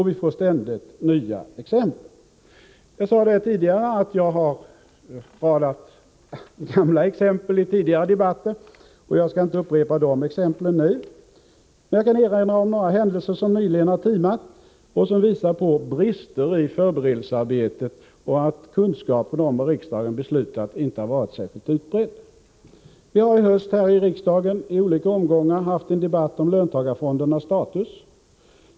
Vi får ständigt nya exempel. Jag haritidigare debatter radat upp exempel som jag inte skall upprepa nu. Men jag kan erinra om några händelser som nyligen har timat och som visar på brister i föreberedelsearbetet och att kunskapen om vad riksdagen beslutar inte har varit särskilt utbredd. Vi har i höst här i riksdagen i olika omgångar haft en debatt om löntagarfondernas status.